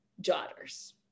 daughters